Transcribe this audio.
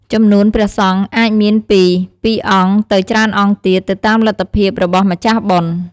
ចំនួនព្រះសង្ឃអាចមានពី ២ អង្គ ទៅច្រើនអង្គទៀត ទៅតាមលទ្ធភាពរបស់ម្ចាស់បុណ្យ។